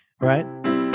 right